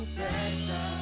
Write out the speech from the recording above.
better